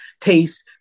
taste